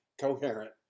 coherent